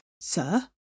Sir